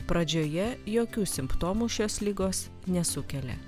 pradžioje jokių simptomų šios ligos nesukelia